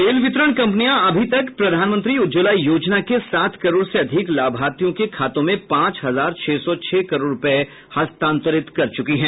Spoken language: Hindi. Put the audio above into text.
तेल वितरण कंपनियां अभी तक प्रधानमंत्री उज्जवला योजना के सात करोड़ से अधिक लाभार्थियों के खातों में पांच हजार छह सौ छह करोड़ रूपये हस्तांतरित कर च्रकी हैं